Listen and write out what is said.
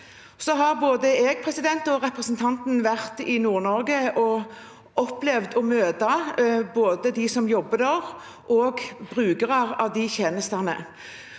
Både jeg og representanten har vært i Nord-Norge og opplevd å møte både dem som jobber der, og brukere av de tjenestene.